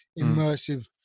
immersive